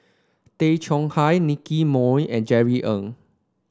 Tay Chong Hai Nicky Moey and Jerry Ng